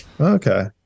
Okay